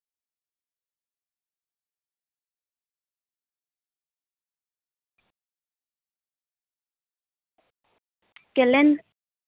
ᱠᱮᱞᱮᱱᱮ